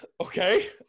Okay